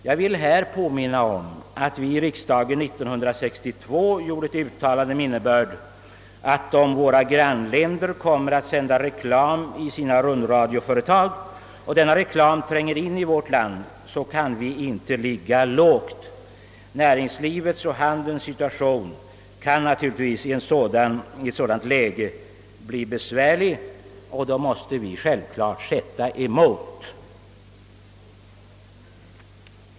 Jag vill i detta sammanhang påminna om att vi i riksdagen år 1962 gjorde ett uttalande med innebörd att om våra grannländer sänder reklam i sina rundradioföretag och denna reklam tränger in i vårt land, vi inte kan ligga lågt. Näringslivets situation kan naturligtvis i ett sådant läge bli besvärlig, och då måste vi sätta in motåtgärder.